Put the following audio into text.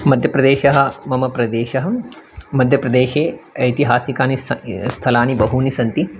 मद्यप्रदेशः मम प्रदेशः मद्यप्रदेशे ऐतिहासिकानि स् स्थलानि बहूनि सन्ति